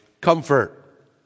comfort